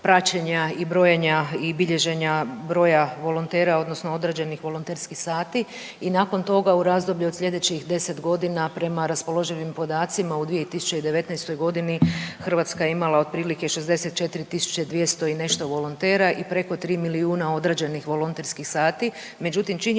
Hrvatska je imala otprilike 64.200 i nešto volontera i preko 3 milijuna odrađenih volonterskih sati.